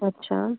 अच्छा